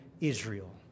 Israel